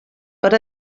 per